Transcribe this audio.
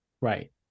Right